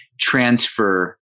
transfer